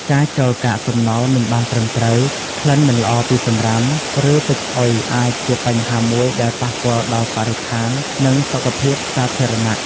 ការចោលកាកសំណល់មិនបានត្រឹមត្រូវ ក្លិនមិនល្អពីសំរាម ឬទឹកស្អុយអាចជាបញ្ហាមួយដែលប៉ះពាល់ដល់បរិស្ថាន និងសុខភាពសាធារណៈ។